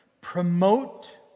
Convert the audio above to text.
promote